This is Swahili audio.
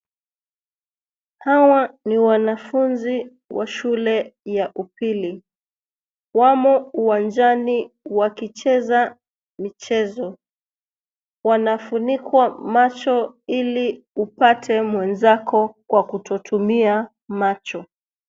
Hawa ni wanafunzi wa shule ya upili . Wamo uwanjani wakicheza michezo. Wanafunikwa macho ili upate mwenzako kwa kutotumia macho.